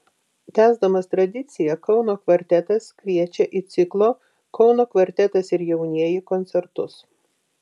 tęsdamas tradiciją kauno kvartetas kviečia į ciklo kauno kvartetas ir jaunieji koncertus